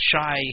shy